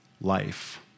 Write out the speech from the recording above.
life